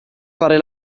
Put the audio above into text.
fare